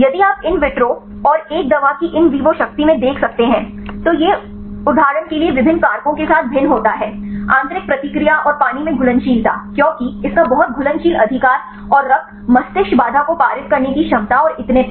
यदि आप in vitro और एक दवा की इन विवो शक्ति में देख सकते हैं तो यह उदाहरण के लिए विभिन्न कारकों के साथ भिन्न होता है आंतरिक प्रतिक्रिया और पानी में घुलनशीलता क्योंकि इसका बहुत घुलनशील अधिकार और रक्त मस्तिष्क बाधा को पारित करने की क्षमता और इतने पर